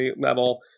level